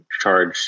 charge